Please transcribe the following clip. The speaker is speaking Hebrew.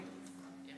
למה